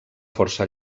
força